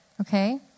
Okay